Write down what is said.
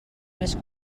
més